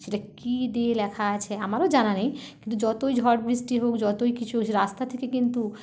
সেটা কি দিয়ে লেখা আছে আমারও জানা নেই কিন্তু যতই ঝড়বৃষ্টি হোক যতই কিছু কিছু রাস্তা থেকে কিন্তু